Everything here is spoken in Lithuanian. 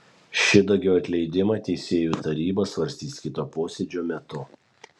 šidagio atleidimą teisėjų taryba svarstys kito posėdžio metu